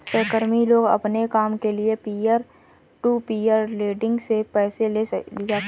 सहकर्मी लोग अपने काम के लिये पीयर टू पीयर लेंडिंग से पैसे ले लिया करते है